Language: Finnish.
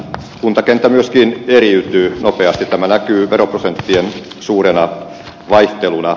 kuntakenttä myöskin eriytyy nopeasti tämä näkyy veroprosenttien suurena vaihteluna